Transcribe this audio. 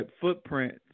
Footprints